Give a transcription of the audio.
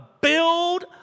build